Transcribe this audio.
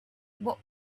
what